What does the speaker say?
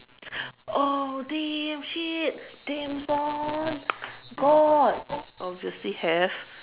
oh damn shit james Bond got obviously have